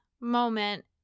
moment